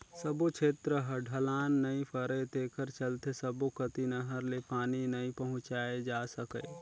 सब्बो छेत्र ह ढलान नइ परय तेखर चलते सब्बो कति नहर ले पानी नइ पहुंचाए जा सकय